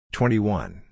Twenty-one